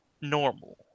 normal